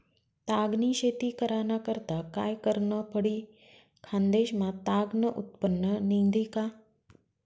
ताग नी शेती कराना करता काय करनं पडी? खान्देश मा ताग नं उत्पन्न निंघी का